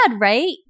right